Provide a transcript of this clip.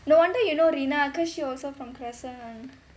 no wonder you know rena because she also from crescent [one]